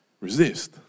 resist